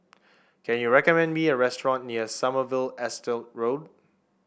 can you recommend me a restaurant near Sommerville Estate Road